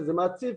וזה מעציב,